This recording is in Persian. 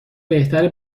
بهتره